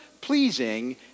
pleasing